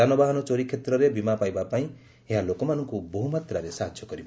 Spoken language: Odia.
ଯାନବାହାନ ଚୋରି କ୍ଷେତ୍ରରେ ବୀମା ପାଇବା ପାଇଁ ଏହା ଲୋକମାନଙ୍କୁ ବହୁମାତ୍ରାରେ ସାହାଯ୍ୟ କରିବ